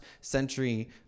century